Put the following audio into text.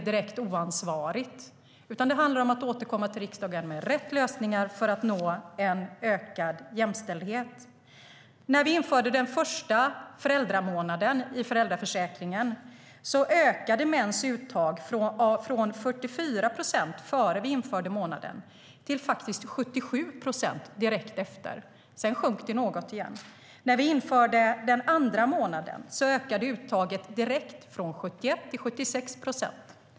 Det handlar om att återkomma till riksdagen med de rätta lösningarna för att nå ökad jämställdhet. När vi införde den andra månaden ökade uttaget direkt från 71 till 76 procent.